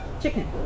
chicken